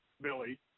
Billy